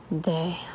day